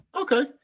Okay